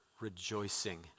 rejoicing